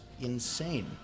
insane